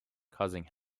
causing